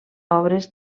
obres